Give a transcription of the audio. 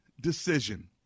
decision